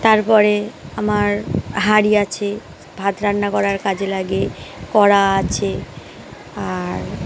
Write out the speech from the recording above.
তারপরে আমার হাঁড়ি আছে ভাত রান্না করার কাজে লাগে কড়া আছে আর